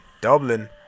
Dublin